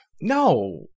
no